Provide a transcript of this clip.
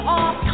off